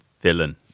villain